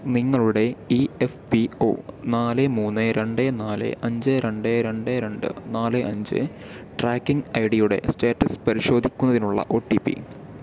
നിങ്ങളുടെ E P F O നാല് മൂന്ന് രണ്ട് നാല് അഞ്ച് രണ്ട് രണ്ട് രണ്ട് നാല് അഞ്ച് ട്രാക്കിംഗ് ഐ ഡി യുടെ സ്റ്റാറ്റസ് പരിശോധിക്കുന്നതിനുള്ള ഒ ടി പി